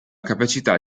capacità